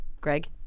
Greg